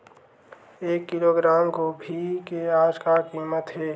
एक किलोग्राम गोभी के आज का कीमत हे?